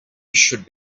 should